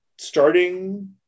starting